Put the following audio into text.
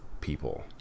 people